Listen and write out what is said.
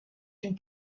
une